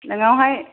नोंनावहाय